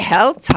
Health